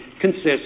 consists